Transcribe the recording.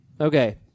Okay